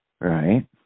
Right